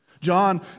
John